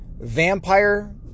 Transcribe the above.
vampire